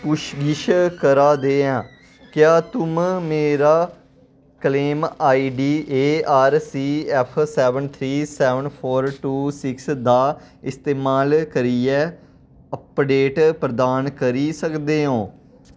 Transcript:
पुच्छ गिच्छ करा दे आं क्या तुम मेरा claim I D A R C F seven three seven four two six दा इस्तेमाल करियै अपडेट प्रदान करी सकदे ओं